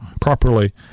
properly